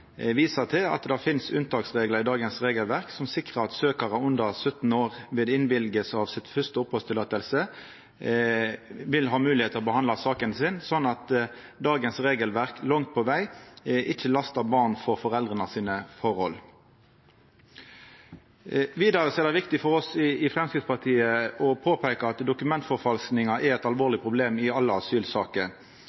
viser til at det finst unntaksreglar i dagens regelverk som sikrar at søkjarar under 17 år ved godkjenning av sitt første opphaldsløyve, vil ha moglegheit til å behandla saka si, slik at dagens regelverk langt på veg ikkje lastar barn for foreldras forhold. Vidare er det viktig for oss i Framstegspartiet å påpeika at dokumentforfalskingar er eit